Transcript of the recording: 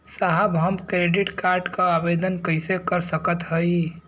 साहब हम credit card क आवेदन कइसे कर सकत हई?